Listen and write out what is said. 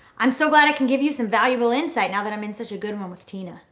i'm so glad i can give you some valuable insight now that i'm in such a good one with tina.